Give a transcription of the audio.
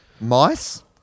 Mice